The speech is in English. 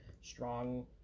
strong